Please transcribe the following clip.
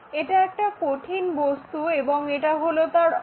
এটা একটা কঠিন বস্তু এবং এটা হলো তার অক্ষ